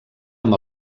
amb